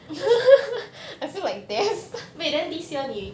wait then this year 你